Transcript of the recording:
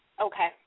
Okay